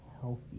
healthy